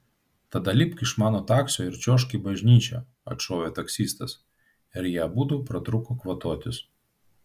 tada lipk iš mano taksio ir čiuožk į bažnyčią atšovė taksistas ir jie abudu pratrūko kvatotis